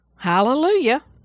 Hallelujah